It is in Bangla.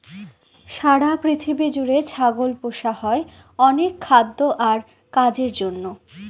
সারা পৃথিবী জুড়ে ছাগল পোষা হয় অনেক খাদ্য আর কাজের জন্য